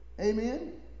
Amen